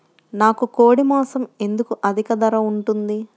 నాకు కోడి మాసం ఎందుకు అధిక ధర ఉంటుంది?